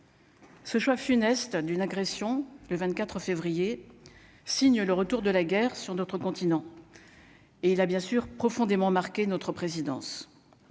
Ce choix funeste d'une agression, le 24 février signe le retour de la guerre, sur d'autres continents. Et là, bien sûr, profondément marqué notre présidence